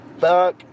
fuck